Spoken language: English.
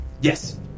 Yes